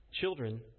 Children